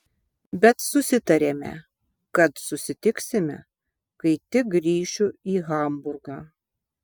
bet susitarėme kad susitiksime kai tik grįšiu į hamburgą